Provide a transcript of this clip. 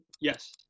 yes